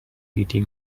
eating